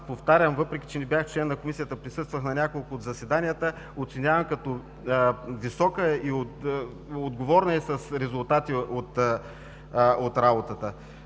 повтарям, въпреки че не бях член на Комисията, присъствах на няколко от заседанията, оценявам като висока и отговорна, и с резултати от работата.